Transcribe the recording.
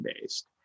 based